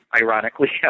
ironically